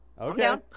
Okay